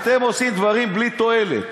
אין, אתם עושים דברים בלי תועלת.